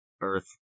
Earth